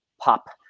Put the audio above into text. pop